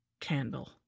candle